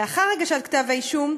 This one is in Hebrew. לאחר הגשת כתב האישום,